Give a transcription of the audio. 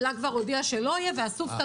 אל"ה כבר הודיעה שלא יהיה, ואסופתא